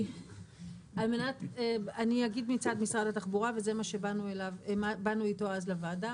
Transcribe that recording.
אני אגיד מצד משרד התחבורה וזה מה שבאנו איתו לוועדה.